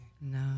No